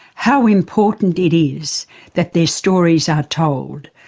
how important it is that their stories are told,